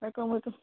welcome welcome